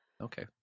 Okay